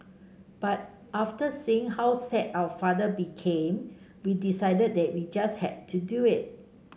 but after seeing how sad our father became we decided that we just had to do it